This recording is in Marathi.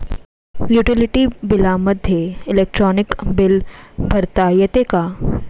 युटिलिटी बिलामध्ये इलेक्ट्रॉनिक बिल भरता येते का?